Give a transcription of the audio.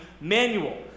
manual